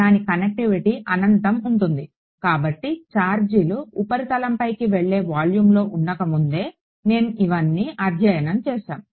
దాని కనెక్టివిటీ అనంతం ఉంటుంది కాబట్టి ఛార్జీలు ఉపరితలంపైకి వెళ్లే వాల్యూమ్లో ఉండక ముందే మేము ఇవన్నీ అధ్యయనం చేసాము